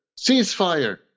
ceasefire